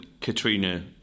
Katrina